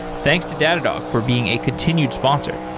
thanks to datadog for being a continued sponsor